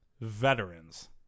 veterans